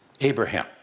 Abraham